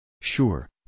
Sure